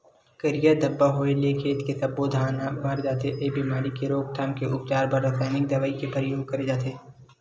करिया धब्बा होय ले खेत के सब्बो धान ह मर जथे, ए बेमारी के रोकथाम के उपचार बर रसाइनिक दवई के परियोग करे जाथे